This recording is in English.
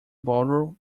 borrow